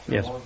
Yes